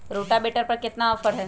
Rotavator पर केतना offer हव?